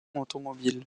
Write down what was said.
automobile